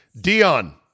Dion